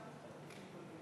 מכובדי